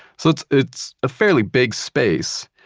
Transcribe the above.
so it's it's a fairly big space,